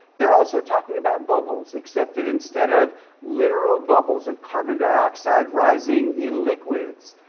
they're also talking about bubbles, except that instead of literal bubbles of carbon dioxide rising in liquids,